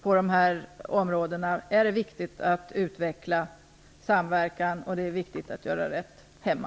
På de här områdena är det viktigt att utveckla samverkan. Det är också viktigt att göra rätt hemma.